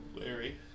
Larry